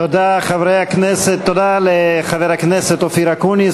תודה לחבר הכנסת אופיר אקוניס,